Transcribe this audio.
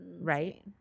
right